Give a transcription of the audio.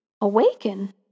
awaken